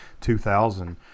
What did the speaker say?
2000